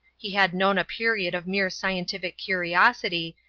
he had known a period of mere scientific curiosity,